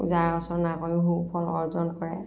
পূজা অৰ্চনা কৰিও সুফল অৰ্জন কৰে